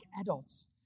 adults